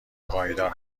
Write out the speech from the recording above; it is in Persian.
پایدار